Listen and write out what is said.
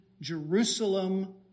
Jerusalem